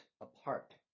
apart